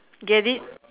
get it